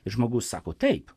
žmogus sako taip